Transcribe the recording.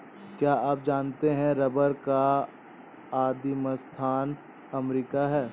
क्या आप जानते है रबर का आदिमस्थान अमरीका है?